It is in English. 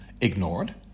ignored